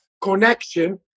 connection